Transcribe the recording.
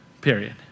Period